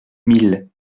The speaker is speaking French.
mille